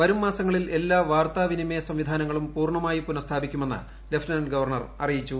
വരും മാസങ്ങളിൽ എല്ലാ വാർത്താ വിനിമയ സംവിധ്മാനങ്ങളും പൂർണമായി പുനസ്ഥാപിക്കുമെന്ന് ലഫ്റ്റനന്റ് ഗവർണർ അറിയിച്ചു